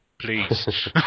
please